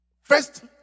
first